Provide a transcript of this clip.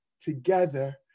together